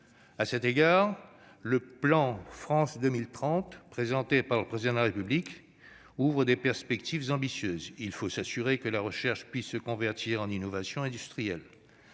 À cet égard, le plan France 2030, présenté par le Président de la République, ouvre des perspectives ambitieuses. Il faut s'assurer que la recherche puisse se convertir en innovations industrielles,